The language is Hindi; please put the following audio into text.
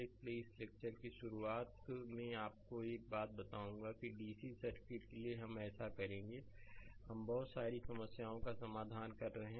इसलिए इस लेक्चर की शुरुआत में आपको एक बात बताऊंगा कि डीसी सर्किट के लिए हम ऐसा करेंगे हम बहुत सारी समस्याओं का समाधान कर रहे हैं